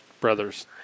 brothers